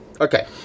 Okay